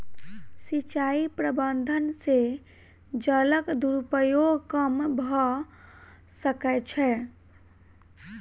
सिचाई प्रबंधन से जलक दुरूपयोग कम भअ सकै छै